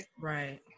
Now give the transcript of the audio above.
Right